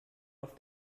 auf